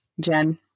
Jen